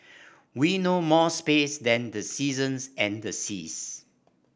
we know more space than the seasons and the seas